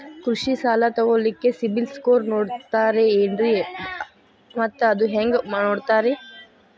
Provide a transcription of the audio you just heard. ಕೃಷಿ ಸಾಲ ತಗೋಳಿಕ್ಕೆ ಸಿಬಿಲ್ ಸ್ಕೋರ್ ನೋಡ್ತಾರೆ ಏನ್ರಿ ಮತ್ತ ಅದು ಹೆಂಗೆ ನೋಡ್ತಾರೇ?